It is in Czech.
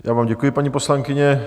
Já vám děkuji, paní poslankyně.